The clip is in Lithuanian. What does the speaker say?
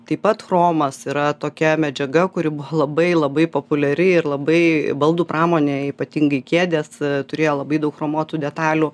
taip pat chromas yra tokia medžiaga kuri labai labai populiari ir labai baldų pramonėj ypatingai kėdės turėjo labai daug chromuotų detalių